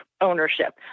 ownership